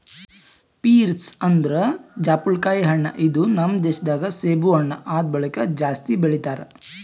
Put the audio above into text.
pears ಅಂದುರ್ ಜಾಪುಳಕಾಯಿ ಹಣ್ಣ ಇದು ನಮ್ ದೇಶ ದಾಗ್ ಸೇಬು ಹಣ್ಣ ಆದ್ ಬಳಕ್ ಜಾಸ್ತಿ ಬೆಳಿತಾರ್